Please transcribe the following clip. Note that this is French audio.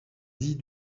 dit